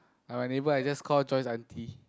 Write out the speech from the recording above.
our neighbor I just call Joyce auntie